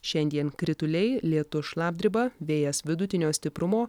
šiandien krituliai lietus šlapdriba vėjas vidutinio stiprumo